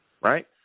right